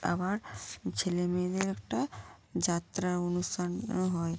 আবার ছেলে মেয়েদের একটা যাত্রা অনুষ্ঠানও হয়